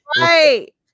Right